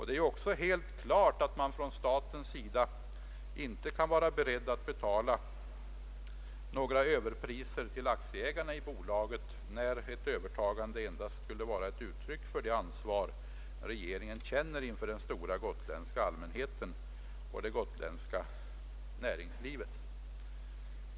Det är också helt klart att staten inte kan vara beredd att betala några överpriser till aktieägarna i bolaget, när ett övertagande endast skulle vara ett uttryck för det ansvar regeringen känner inför den gotländska allmänheten och för det gotländska näringslivet.